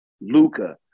Luca